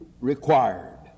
required